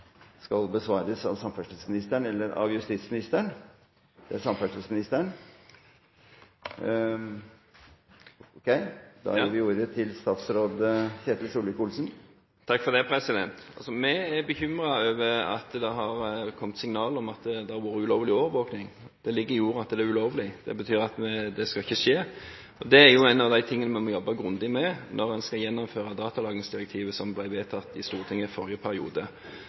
skal besvares av samferdselsministeren eller justisministeren. – Det er samferdselsministeren. Da gir presidenten ordet til statsråd Ketil Solvik-Olsen. Vi er bekymret over at det har kommet signaler om at det har vært ulovlig overvåkning. Det ligger i ordet at det er ulovlig, det betyr at det ikke skal skje. Det er en av de tingene vi må jobbe grundig med når vi skal gjennomføre datalagringsdirektivet som ble vedtatt i Stortinget i forrige periode.